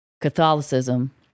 Catholicism